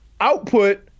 output